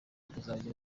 tuzagira